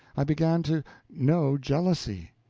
i began to know jealously,